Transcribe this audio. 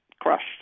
crushed